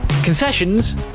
Concessions